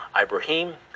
Ibrahim